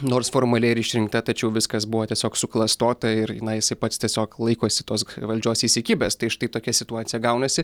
nors formaliai ir išrinkta tačiau viskas buvo tiesiog suklastota ir na jisai pats tiesiog laikosi tos valdžios įsikibęs tai štai tokia situacija gaunasi